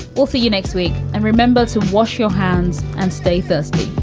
we'll see you next week. and remember to wash your hands and stay thirsty.